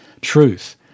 truth